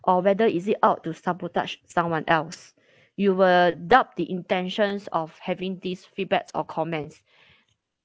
or whether is it out to sabotage someone else you will doubt the intentions of having these feedbacks or comments